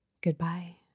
Goodbye